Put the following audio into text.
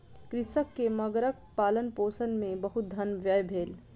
कृषक के मगरक पालनपोषण मे बहुत धन व्यय भेल